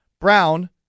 Brown